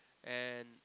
and